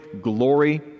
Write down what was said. glory